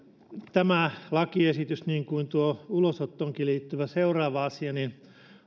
tämä lakiesitys niin kuin tuo ulosottoon liittyvä seuraava asiakin